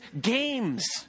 games